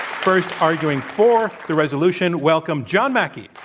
first, arguing for the resolution, welcome john mackey.